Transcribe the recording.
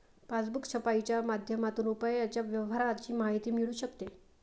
passbook छपाईच्या माध्यमातून रुपयाच्या व्यवहाराची माहिती मिळू शकते